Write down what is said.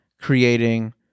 creating